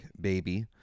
baby